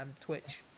Twitch